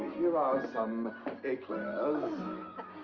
here are some eclairs